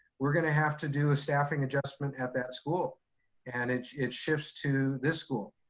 we're going to have to do a staffing adjustment at that school and it, it shifts to this school.